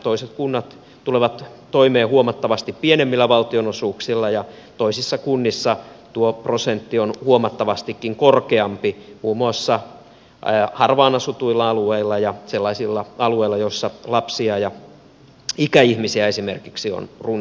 toiset kunnat tulevat toimeen huomattavasti pienemmillä valtionosuuksilla ja toisissa kunnissa tuo prosentti on huomattavastikin korkeampi muun muassa harvaan asutuilla alueilla ja sellaisilla alueilla joilla esimerkiksi lapsia ja ikäihmisiä on runsaasti